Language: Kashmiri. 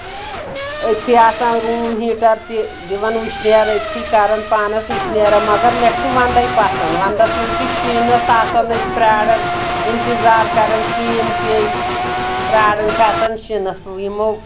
أتھی آسان روٗم ہیٖٹر تہِ دِوان وٕشنیرَ أتھی کَران پانَس وٕشنیرَن مگر مےٚ چھُ وَندَے پَسنٛد وَنٛدَس منٛز چھِ شیٖنَس آسان أسۍ پرٛاران اِنتظار کَران شیٖن پیٚیہِ پراران چھِ آسان شیٖنَس یِمو